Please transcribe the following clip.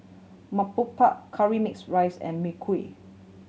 murtabak curry mixed rice and Mee Kuah